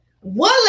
One